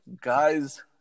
guys